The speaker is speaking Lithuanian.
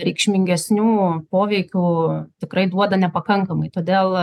reikšmingesnių poveikių tikrai duoda nepakankamai todėl